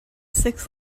six